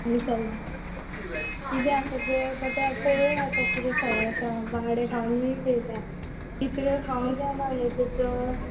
आनी सांग कितें आसा ते कशे पळोवया आतां कितें सवाय आसा बांगडे खावन खावन विट येयल्या तिसऱ्यो खावंक जायना न्ही त्यो चड